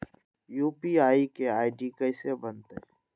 UPI के ID कैसे बनतई?